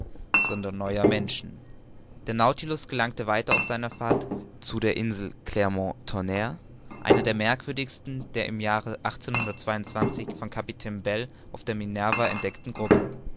sondern neuer menschen der nautilus gelangte weiter auf seiner fahrt zur insel clermont tonnre einer der merkwürdigsten der im jahre von kap bel auf der minerva entdeckten gruppe